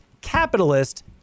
capitalist